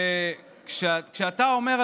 כשאתה אומר,